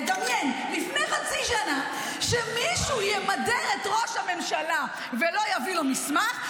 ידמיין לפני חצי שנה שמישהו ימדר את ראש הממשלה ולא יביא לו מסמך,